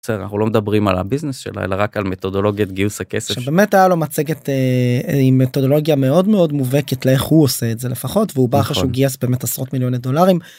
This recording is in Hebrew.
זה בסדר אנחנו לא מדברים על הביזנס שלה אלא רק על מתודולוגית גיוס הכסף באמת היה לו מצגת עם מתודולוגיה מאוד מאוד מובהקת לאיך הוא עושה את זה לפחות והוא בא אחרי שהוא גייס באמת עשרות מיליוני דולרים.